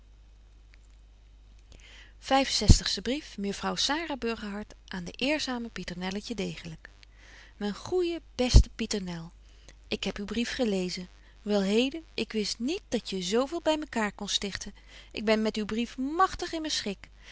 aan de eerzame pieternelletje deegelyk myn goeje beste pieternel ik heb uw brief gelezen wel heden ik wist niet dat je zoo veel by mekaêr kon stichten ik ben met uw brief magtig in myn schik